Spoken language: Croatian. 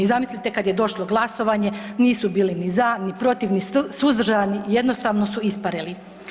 I zamislite kad je došlo glasovanje nisu bili ni za, ni protiv, ni suzdržani jednostavno su isparili.